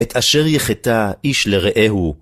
את אשר יחטא איש לרעהו.